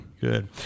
Good